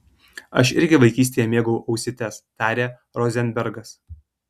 aš irgi vaikystėje mėgau ausytes tarė rozenbergas